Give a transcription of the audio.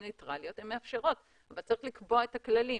ניטרליות והן מאפשרות אבל צריך לקבוע את הכללים.